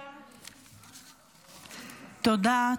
תודה.